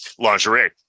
lingerie